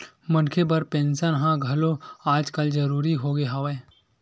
मनखे बर पेंसन ह घलो आजकल जरुरी होगे हवय